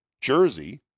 jersey